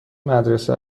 مدرسه